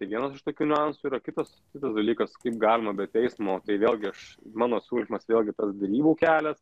tai vienas iš tokių niuansų yra kitas kitas dalykas kaip galima be teismo tai vėlgi aš mano siūlymas vėlgi tas derybų kelias